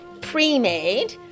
pre-made